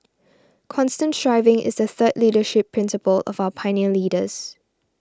constant striving is the third leadership principle of our pioneer leaders